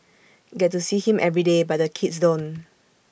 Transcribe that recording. get to see him every day but the kids don't